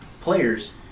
players